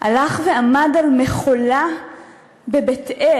הלך ועמד על מכולה בבית-אל,